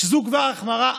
שזו כבר החמרה אחת.